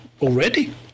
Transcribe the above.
already